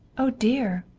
oh, dear!